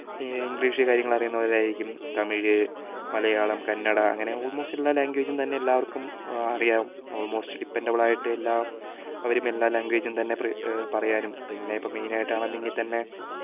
English കാര്യങ്ങൾ അറിയുന്നവരായിരിക്കും തമിഴ് മലയാളം കന്നഡ അങ്ങനെ ആൾമോസ്റ്റ് എല്ലാ ലാംഗ്വേജും തന്നെ എല്ലാവർക്കും അറിയാം ആൾമോസ്റ്റ് ഡിപ്പെന്റബിളായിട്ട് എല്ലാം അവരും എല്ലാ ലാംഗ്വേജും തന്നെ പറയാനും പിന്നെ ഇപ്പോൾ മെയിൻ ആയിട്ട് ആണെങ്കിൽ തന്നെ